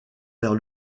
vers